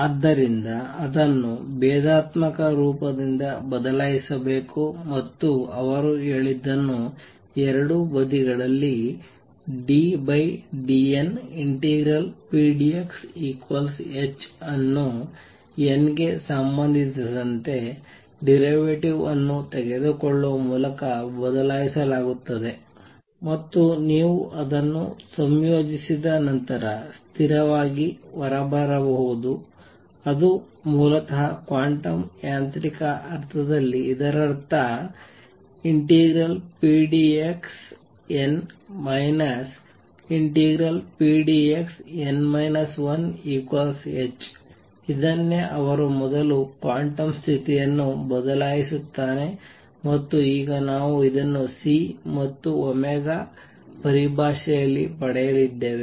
ಆದ್ದರಿಂದ ಅದನ್ನು ಭೇದಾತ್ಮಕ ರೂಪದಿಂದ ಬದಲಾಯಿಸಬೇಕು ಮತ್ತು ಅವರು ಹೇಳಿದ್ದನ್ನು ಎರಡೂ ಬದಿಗಳಲ್ಲಿ ddn∫pdxh ಅನ್ನು n ಗೆ ಸಂಬಂಧಿಸಿದಂತೆ ಡಿರವೇಟಿವ್ವನ್ನು ತೆಗೆದುಕೊಳ್ಳುವ ಮೂಲಕ ಬದಲಾಯಿಸಲಾಗುತ್ತದೆ ಮತ್ತು ನೀವು ಅದನ್ನು ಸಂಯೋಜಿಸಿದ ನಂತರ ಸ್ಥಿರವಾಗಿ ಹೊರಬರಬಹುದು ಅದು ಮೂಲತಃ ಕ್ವಾಂಟಮ್ ಯಾಂತ್ರಿಕ ಅರ್ಥದಲ್ಲಿ ಇದರರ್ಥ ∫pdxn ∫pdxn 1h ಇದನ್ನೇ ಅವರು ಮೊದಲು ಕ್ವಾಂಟಮ್ ಸ್ಥಿತಿಯನ್ನು ಬದಲಾಯಿಸುತ್ತಾನೆ ಮತ್ತು ಈಗ ನಾವು ಇದನ್ನು C ಮತ್ತು ಪರಿಭಾಷೆಯಲ್ಲಿ ಪಡೆಯಲಿದ್ದೇವೆ